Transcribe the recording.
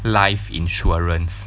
life insurance